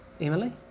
Emily